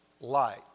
light